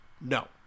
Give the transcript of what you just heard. No